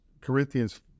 Corinthians